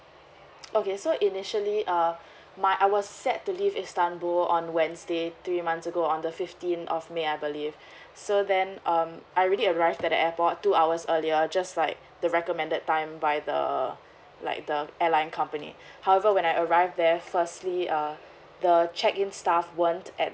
okay so initially uh my I was set to leave istanbul on wednesday three months ago on the fifteenth of may I believe so then um I already arrived at the airport two hours earlier just like the recommended time by the like the airline company however when I arrived there firstly uh the check in staff weren't at